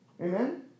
Amen